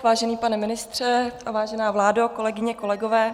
Vážený pane ministře, vážená vládo, kolegyně, kolegové.